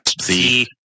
See